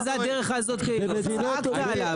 מה זה הדרך הזאת שצעקת עליו?